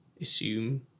assume